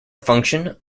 function